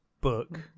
book